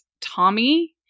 Tommy